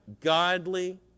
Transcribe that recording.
Godly